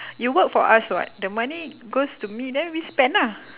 you work for us [what] the money goes to me then we spend ah